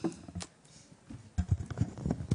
בבקשה.